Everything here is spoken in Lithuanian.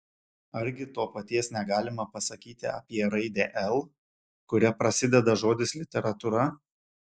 argi to paties negalima pasakyti apie raidę l kuria prasideda žodis literatūra